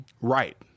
right